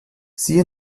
sie